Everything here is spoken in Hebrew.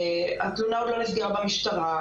התלונה עוד לא נחקרה במשטרה,